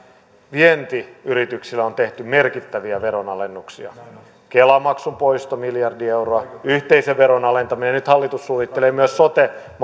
vientiyrityksille on tehty merkittäviä veronalennuksia kela maksun poisto miljardi euroa yhteisöveron alentaminen ja nyt hallitus suunnittelee myös sote